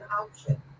option